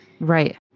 Right